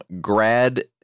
Grad